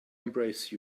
embrace